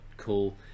cool